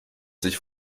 sich